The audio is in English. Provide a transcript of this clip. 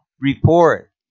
Report